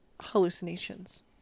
hallucinations